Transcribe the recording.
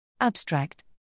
Abstract